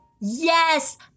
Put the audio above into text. Yes